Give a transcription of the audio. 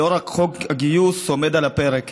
לא רק חוק הגיוס עומד על הפרק,